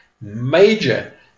major